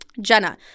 Jenna